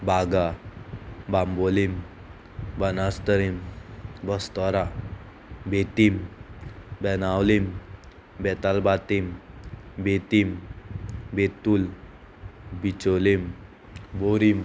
Baga Bambolim Banastarim Bastora Betim Benaulim Betalbatim Betim Betul Bicholim Borim